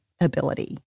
ability